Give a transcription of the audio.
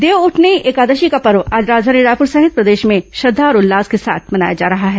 देवउठनी एकादशी का पर्व आज राजधानी रायपूर सहित प्रदेशमर में श्रद्धा और उत्साह के साथ मनाया जा रहा है